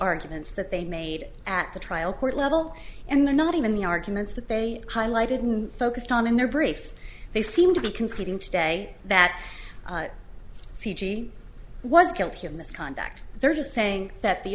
arguments that they made at the trial court level and they're not even the arguments that they highlighted and focused on in their briefs they seem to be concluding today that c g was killed here misconduct they're just saying that the